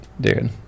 dude